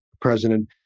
president